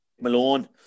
Malone